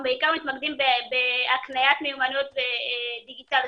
בעיקר מתמקדים בהקניית מיומנויות דיגיטלית,